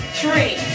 three